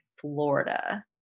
Florida